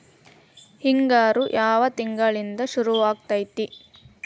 ಹಿಂಗಾರು ಯಾವ ತಿಂಗಳಿನಿಂದ ಶುರುವಾಗತೈತಿ?